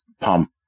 pump